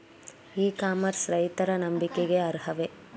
E commerce ರೈತರ ನಂಬಿಕೆಗೆ ಅರ್ಹವೇ?